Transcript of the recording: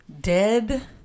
Dead